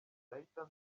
ndahita